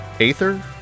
Aether